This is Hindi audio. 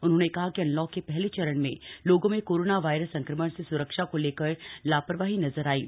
उन्होंने कहा कि अनलॉक के पहले चरण में लोगों में कोरोना वायरस संक्रमण से सुरक्षा को लेकर लापरवाही नजर आयी